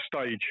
stage